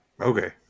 Okay